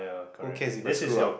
who cares if I screw up